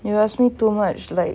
you ask me too much like